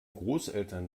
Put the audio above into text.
großeltern